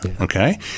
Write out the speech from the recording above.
okay